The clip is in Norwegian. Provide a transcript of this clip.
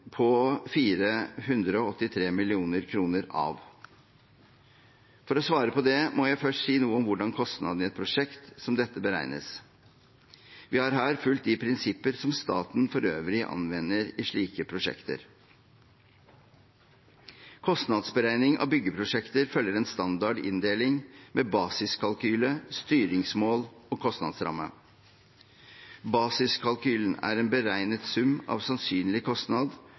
på 483 mill. kr av? For å svare på det må jeg først si noe om hvordan kostnadene i et prosjekt som dette beregnes. Vi har her fulgt de prinsipper som staten for øvrig anvender i slike prosjekter. Kostnadsberegning av byggeprosjekter følger en standard inndeling, med basiskalkyle, styringsmål og kostnadsramme. Basiskalkylen er en beregnet sum av sannsynlig kostnad